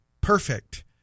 perfect